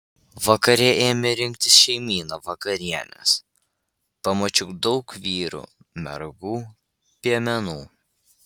vakare ėmė rinktis šeimyna vakarienės pamačiau daug vyrų mergų piemenų